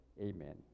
amen